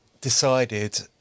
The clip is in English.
decided